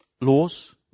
laws